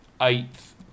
Eighth